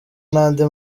n’andi